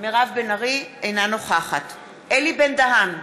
אינה נוכחת אלי בן-דהן,